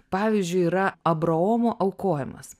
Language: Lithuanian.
pavyzdžiui yra abraomo aukojamas